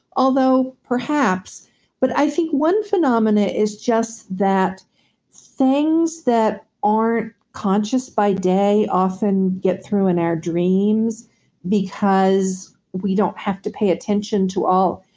although perhaps but i think one phenomenon is just that things that aren't conscious by day often get through in our dreams because we don't have to pay attention to all.